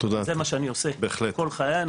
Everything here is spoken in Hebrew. זה מה שאני עושה כל חיי,